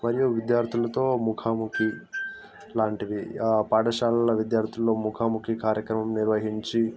మరియు విద్యార్థులతో ముఖాముఖి లాంటివి పాఠశాలల్లో విద్యార్థులతో ముఖాముఖి కార్యక్రమం నిర్వహించి